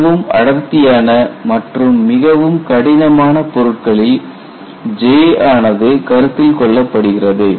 மிகவும் அடர்த்தியான மற்றும் மிகவும் கடினமான பொருட்களில் J ஆனது கருத்தில் கொள்ள படுகிறது